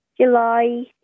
July